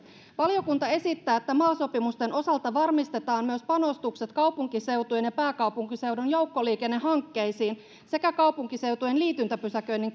valiokunta esittää että mal sopimusten osalta varmistetaan myös panostukset kaupunkiseutujen ja pääkaupunkiseudun joukkoliikennehankkeisiin sekä kaupunkiseutujen liityntäpysäköinnin